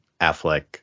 affleck